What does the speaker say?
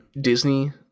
Disney